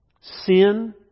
Sin